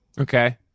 Okay